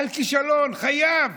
חייב.